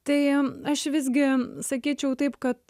tai aš visgi sakyčiau taip kad